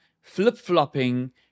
flip-flopping